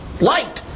light